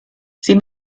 sie